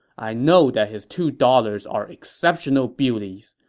i know that his two daughters are exceptional beauties.